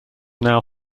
now